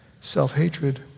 self-hatred